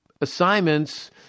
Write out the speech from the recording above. assignments